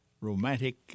Romantic